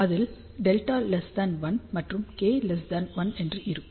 அதில் Δ1 மற்றும் K1 என்று இருக்கும்